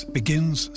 begins